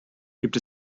gibt